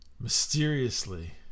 Mysteriously